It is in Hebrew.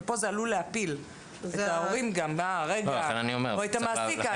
ופה זה עלול להפיל את ההורים או את המעסיק.